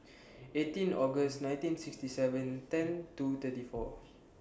eighteen August nineteen sixty seven ten two thirty four